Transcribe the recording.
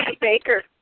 Baker